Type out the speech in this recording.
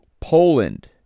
Poland